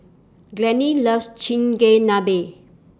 Glennie loves Chigenabe